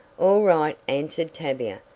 all right, answered tavia,